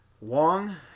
Wong